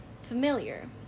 familiar